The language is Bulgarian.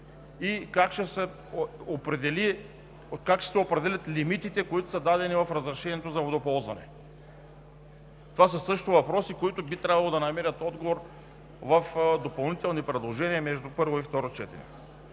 и как ще се определят лимитите, които са дадени в разрешението за водоползване? Това също са въпроси, които би трябвало да намерят отговор в допълнителни предложения между първо и второ четене.